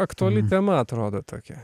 aktuali tema atrodo tokia